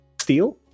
steel